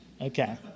Okay